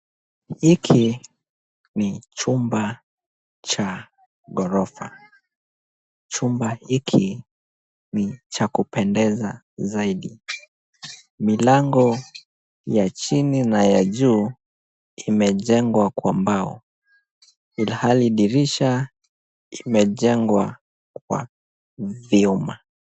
Hiki ni chumba cha ghorofa. Chumba hiki ni cha kupendeza zaidi. Milango ya chini na ya juu, imejengwa kwa mbao, ilhali dirisha imejengwa kwa vyuma.